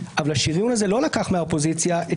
אבל השריון הזה לא לקח מהאופוזיציה את